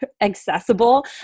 accessible